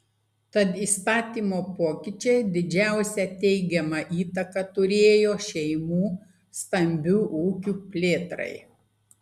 tad įstatymo pokyčiai didžiausią teigiamą įtaką turėjo šeimų stambių ūkių plėtrai